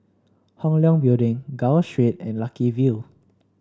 Hong Leong Building Gul Street and Lucky View